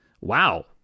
wow